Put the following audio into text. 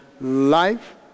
life